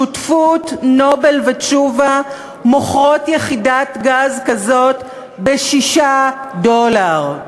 שותפות "נובל" ותשובה מוכרות יחידת גז כזאת ב-6 דולר.